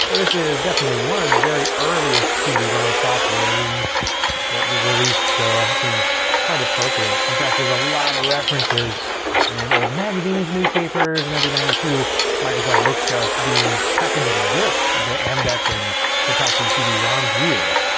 but this is definitely one of the very earliest cd-rom softwares that was released, released, so it seems quite appropriate. in fact, there's a lot of references in old magazines, newspapers and everything to microsoft bookshelf being packaged with the amdek and hitachi cd-rom here.